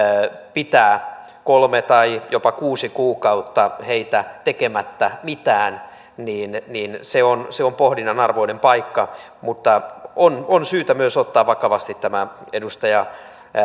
pitää kolme tai jopa kuusi kuukautta heitä tekemättä mitään se on se on pohdinnan arvoinen paikka mutta on on syytä myös ottaa vakavasti tämä edustaja